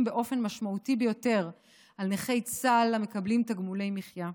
באופן משמעותי ביותר על נכי צה"ל המקבלים תגמולי מחיה.